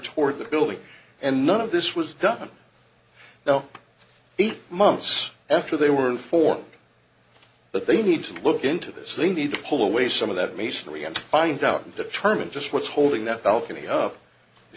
toward the building and none of this was done now eight months after they were informed but they need to look into this they need to pull away some of that masonry and find out and determine just what's holding that balcony up